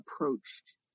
approached